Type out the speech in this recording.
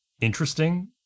interesting